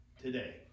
today